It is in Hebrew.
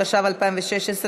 התשע"ו 2016,